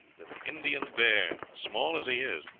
that the indian bear, small as he is,